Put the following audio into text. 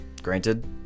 Granted